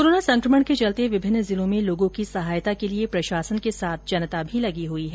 corona संकमण के चलते विभिन्न जिलों में लोगों की सहायता के लिए प्रशासन के साथ जनता भी लगी हुई है